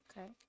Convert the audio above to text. Okay